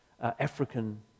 African